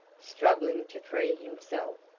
struggling to free himself.